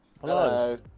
Hello